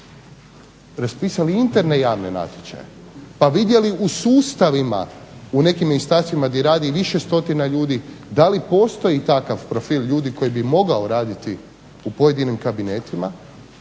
raspisali interne javne natječaje pa vidjeli u sustavima u nekim ministarstvima gdje radi više stotina ljudi da li postoji takav profil ljudi koji bi mogao raditi u pojedinim kabinetima,